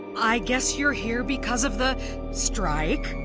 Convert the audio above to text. i guess you're here because of the strike.